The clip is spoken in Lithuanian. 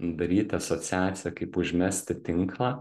daryti asociaciją kaip užmesti tinklą